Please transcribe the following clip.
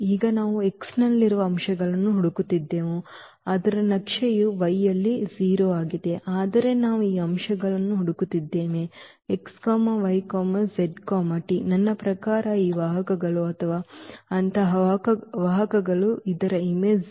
ಈಗ ನಾವು x ನಲ್ಲಿರುವ ಅಂಶಗಳನ್ನು ಹುಡುಕುತ್ತಿದ್ದೇವೆ ಅದರ ನಕ್ಷೆಯು y ಯಲ್ಲಿ 0 ಆಗಿದೆ ಅಂದರೆ ನಾವು ಈ ಅಂಶಗಳನ್ನು ಹುಡುಕುತ್ತಿದ್ದೇವೆ x y z t ನನ್ನ ಪ್ರಕಾರ ಈ ವಾಹಕಗಳು ಅಥವಾ ಅಂತಹ ವಾಹಕಗಳು ಇದರ ಚಿತ್ರ 0